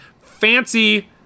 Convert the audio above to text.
fancy